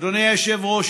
אדוני היושב-ראש,